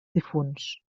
difunts